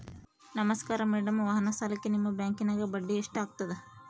ನಮಸ್ಕಾರ ಮೇಡಂ ವಾಹನ ಸಾಲಕ್ಕೆ ನಿಮ್ಮ ಬ್ಯಾಂಕಿನ್ಯಾಗ ಬಡ್ಡಿ ಎಷ್ಟು ಆಗ್ತದ?